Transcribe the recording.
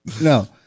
no